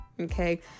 okay